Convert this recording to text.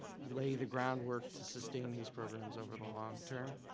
lay the groundwork to sustain these programs over the long term.